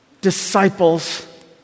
disciples